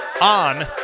on